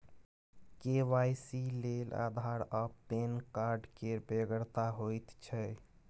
KYC लेल आधार आ PAN card केर बेगरता होइत छै